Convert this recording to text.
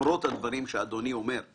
ומהכלל אל הפרט סך הכספים המנוהלים על ידי מגדל,